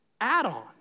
add-on